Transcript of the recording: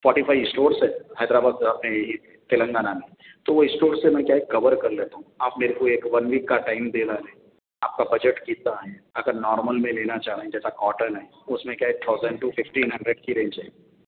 forty five stores ہے حیدرآباد میں اپنے یہ تلنگانہ میں تو وہ اسٹور سے میں کیا ہے کور کر لیتا ہوں آپ میرے کو ایک ون ویک کا ٹائم دے ڈالے آپ کا بجٹ کتنا ہے اگر نارمل میں لینا چاہ رہے ہیں جیسا کاٹن ہے تو اس میں کیا ہے تھاؤزنڈ ٹو ففٹین ہنڈریڈ کی رینج ہے